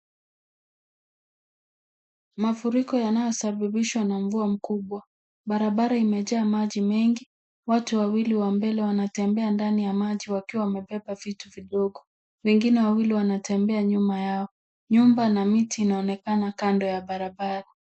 Mafuriko yanayosababishwa na mvua mkubwa. Barabara imejaa maji mengi. Watu wawili wa mbele wanatembea kwa maji wakiwa wamebeba vitu vidogo. Wengine wawili wanatembea nyuma yao. Nyumba na miti inaonekana kando ya barabara.